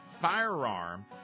firearm